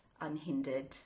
unhindered